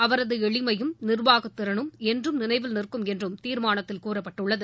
அவரது எளிமையும் நிர்வாகத் திறனும் என்றும் நினைவில் நிற்கும் என்றும் தீர்மானத்தில் கூறப்பட்டுள்ளது